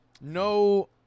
No